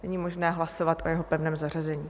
Není možné hlasovat o jeho pevném zařazení.